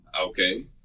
okay